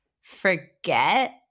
forget